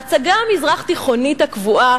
ההצגה המזרח-תיכונית הקבועה,